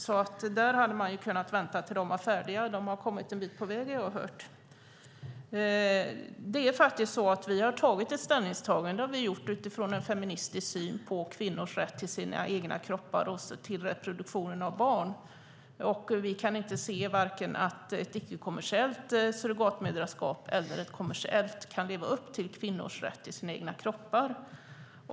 Man hade kunnat vänta tills de var färdiga. De har kommit en bit på väg, har jag hört. Vi har tagit ställning utifrån en feministisk syn på kvinnors rätt till sina egna kroppar och till reproduktion av barn. Vi kan inte se att vare sig ett icke-kommersiellt surrogatmoderskap eller ett kommersiellt surrogatmoderskap kan leva upp till kvinnors rätt till sina egna kroppar.